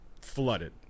flooded